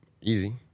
Easy